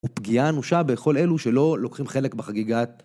ופגיעה אנושה בכל אלו שלא לוקחים חלק בחגיגת.